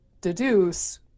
deduce